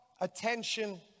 attention